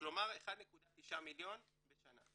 כלומר 1.9 מיליון בשנה.